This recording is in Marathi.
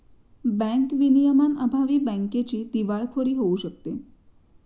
बँक विनियमांअभावी बँकेची दिवाळखोरी होऊ शकते